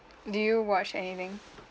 do you watch anything